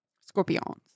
scorpions